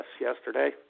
yesterday